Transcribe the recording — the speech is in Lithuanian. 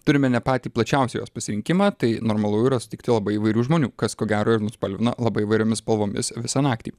turime ne patį plačiausią jos pasirinkimą tai normalu yra sutikti labai įvairių žmonių kas ko gero ir nuspalvino labai įvairiomis spalvomis visą naktį